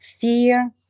fear